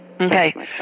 Okay